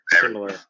similar